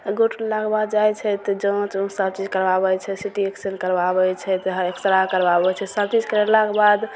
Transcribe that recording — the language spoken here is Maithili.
गोड़ टुटलाक बाद जाइ छै तऽ जाँच उँच सभचीज करबाबय छै सी टी एक्सरे करबाबय छै तहन एक्स रे करबाबय छै सभचीज करेलाके बाद